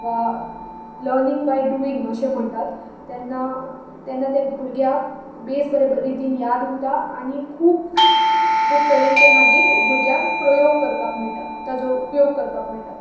वा learning by doing अशें म्हणटात तेन्ना तेन्ना त्या भुरग्याक भेस बऱ्या रितीन याद उरता आनी खूब खूब तरेन तें भुरग्याक मागीर प्रयोग करपाक मेळटा ताचो उपयोग करपाक मेळटा